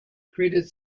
credit